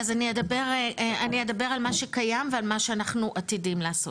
אז אני אדבר על מה שקיים ועל מה שאנחנו עתידים לעשות.